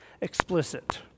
explicit